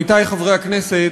עמיתי חברי הכנסת,